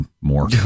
more